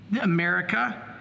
America